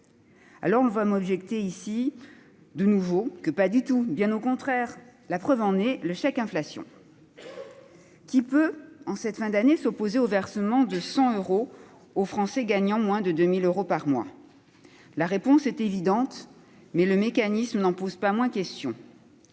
On m'objectera que tel n'est pas le cas, bien au contraire, en invoquant le chèque inflation. Qui peut, en cette fin d'année, s'opposer au versement de 100 euros aux Français gagnant moins de 2 000 euros par mois ? La réponse est évidente, mais le mécanisme n'en pose pas moins question.